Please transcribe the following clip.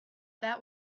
that